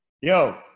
Yo